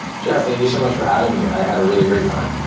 jeff, thank you so much for having me. i had a really great time.